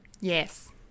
yes